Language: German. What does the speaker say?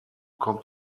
kommt